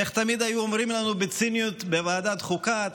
איך תמיד היו אומרים לנו בציניות בוועדת החוקה,